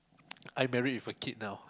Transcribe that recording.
I'm married with a kid now